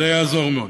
כן, זה יעזור מאוד.